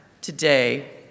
today